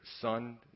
son